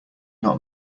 not